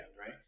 right